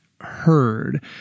heard